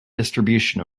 distribution